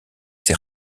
ses